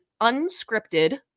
unscripted